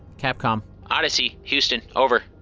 capcom odyssey, houston. over.